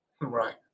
Right